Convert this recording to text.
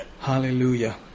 Hallelujah